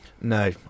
no